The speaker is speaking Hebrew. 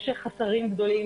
יש חסרים גדולים,